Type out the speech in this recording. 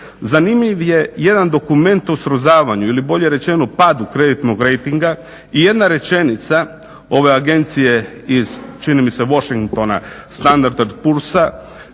zanimljiv je jedan dokument o srozavanju ili bolje rečeno padu kreditnog rejtinga i jedna rečenica iz ove agencije iz čini mi se Washingtona … da će